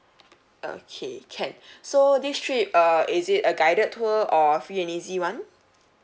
okay can so this trip uh is it a guided tour or a free and easy one